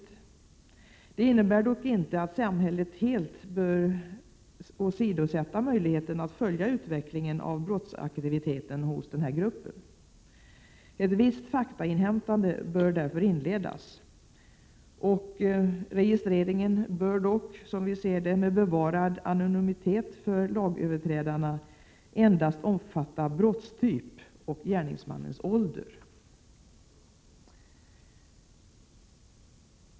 Detta innebär dock inte att samhället helt bör åsidosätta möjligheterna att följa utvecklingen av brottsaktiviteten hos denna grupp. Ett visst faktainhämtande bör därför inledas. Registreringen bör dock — med bevarad anonymitet för lagöverträdarna — endast omfatta brottstyp och gärningsmannens ålder.